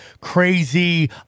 crazy